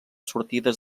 sortides